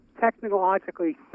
technologically